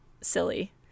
silly